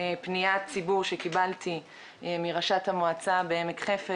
פניית ציבור שקיבלתי מראשת מועצת עמק חפר,